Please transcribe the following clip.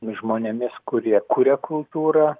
žmonėmis kurie kuria kultūrą